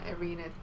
Arena